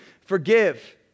Forgive